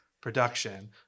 production